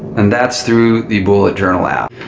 and that's through the bullet journal app.